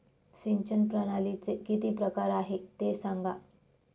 सिंचन प्रणालीचे किती प्रकार आहे ते सांगा